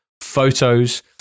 photos